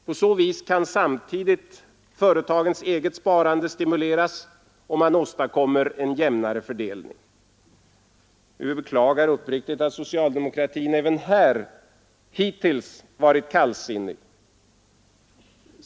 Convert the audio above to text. På så vis kan man samtidigt stimulera företagens sparande och åstadkomma en jämnare fördelning. Vi beklagar uppriktigt att socialdemokratin även här hittills varit så kallsinnig.